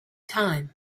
time